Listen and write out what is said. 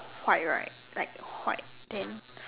white right like white then